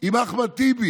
עם אחמד טיבי,